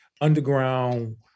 Underground